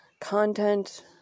content